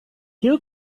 you